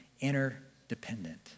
interdependent